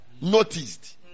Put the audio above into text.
noticed